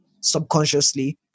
subconsciously